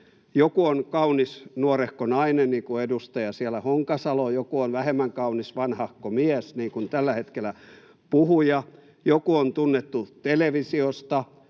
Joku on kaunis nuorehko nainen, niin kuin siellä edustaja Honkasalo, joku on vähemmän kaunis vanhahko mies, niin kuin tällä hetkellä puhuja. Joku on tunnettu televisiosta.